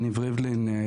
יניב ריבלין,